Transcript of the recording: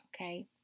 Okay